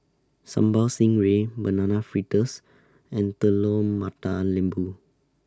Sambal Stingray Banana Fritters and Telur Mata Lembu